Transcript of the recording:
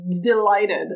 delighted